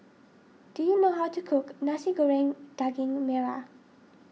do you know how to cook Nasi Goreng Daging Merah